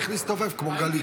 היית צריך להסתובב, כמו גלית.